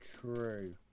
True